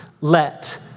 let